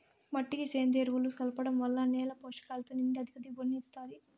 మట్టికి సేంద్రీయ ఎరువులను కలపడం వల్ల నేల పోషకాలతో నిండి అధిక దిగుబడిని ఇస్తాది